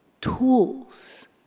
tools